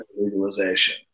legalization